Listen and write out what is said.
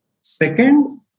Second